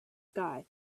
sky